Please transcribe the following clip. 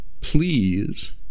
please